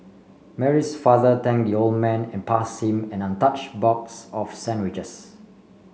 Mary's father thank the old man and pass him an untouched box of sandwiches